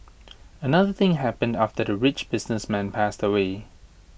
another thing happened after the rich businessman passed away